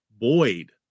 Boyd